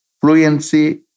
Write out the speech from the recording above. Fluency